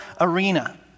arena